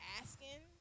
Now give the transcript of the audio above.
asking